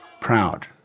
proud